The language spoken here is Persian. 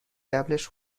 قبلش